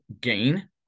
gain